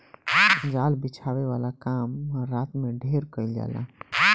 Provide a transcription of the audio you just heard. जाल बिछावे वाला काम रात में ढेर कईल जाला